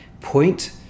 point